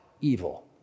evil